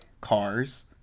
cars